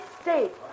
States